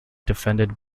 defended